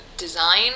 design